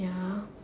ya